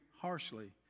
harshly